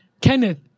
Kenneth